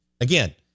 again